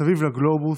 מסביב לגלובוס,